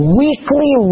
weekly